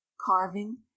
Carving